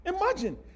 Imagine